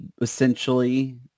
essentially